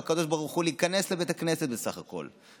ביקשנו מהקדוש ברוך הוא להיכנס לבית הכנסת בסך הכול,